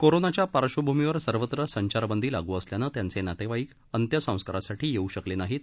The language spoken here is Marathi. कोरोनाच्या पार्श्वभूमीवर सर्वत्र संचारबंदी लागू असल्यानं त्यांचे नातेवाईक अंत्यसंस्कारासाठी येऊ शकले नाहीत